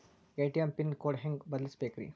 ATM pin code ಹೆಂಗ್ ಬದಲ್ಸ್ಬೇಕ್ರಿ?